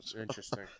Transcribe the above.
Interesting